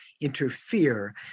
interfere